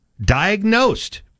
diagnosed